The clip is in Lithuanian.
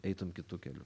eitum kitu keliu